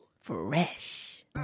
Fresh